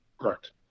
Correct